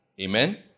Amen